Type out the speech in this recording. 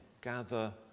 gather